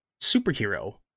superhero